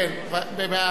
במאה אחוז.